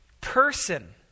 Person